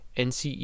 NCE